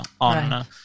on